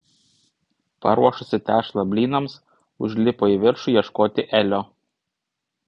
paruošusi tešlą blynams užlipo į viršų ieškoti elio